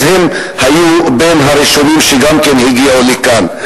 אז הם היו בין הראשונים שגם הגיעו לכאן.